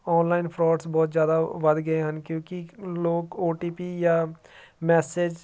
online frauds ਬਹੁਤ ਜ਼ਿਆਦਾ ਵੱਧ ਗਏ ਹਨ ਕਿਉਂਕਿ ਲੋਕ ਓ ਟੀ ਪੀ ਜਾਂ ਮੈਸੇਜ